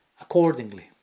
accordingly